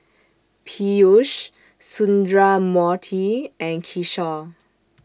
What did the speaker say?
Peyush Sundramoorthy and Kishore